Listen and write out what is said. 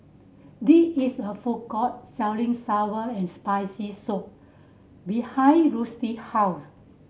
the is a food court selling sour and Spicy Soup behind Rusty house